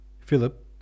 Philip